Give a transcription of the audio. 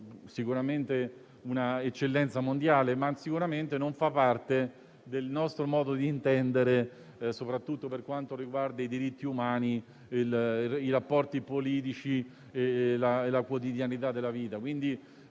economiche ed anche politiche, ma che sicuramente non fa parte del nostro modo di intendere, soprattutto per quanto riguarda i diritti umani, i rapporti politici e la quotidianità della vita.